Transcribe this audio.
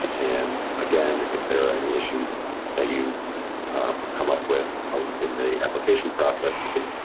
and again, if there are any issues that you come up with in the application process you can,